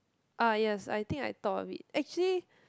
ah yes I think I thought of it actually